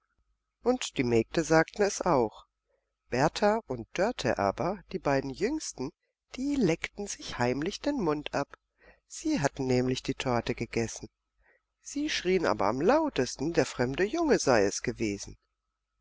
und die mägde sagten es auch berta und dörte aber die beiden jüngsten die leckten sich heimlich den mund ab sie hatten nämlich die torte gegessen sie schrien aber am lautesten der fremde junge sei es gewesen